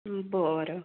बरं